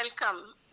welcome